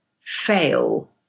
fail